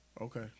Okay